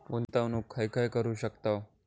गुंतवणूक खय खय करू शकतव?